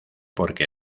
porque